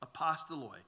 apostoloi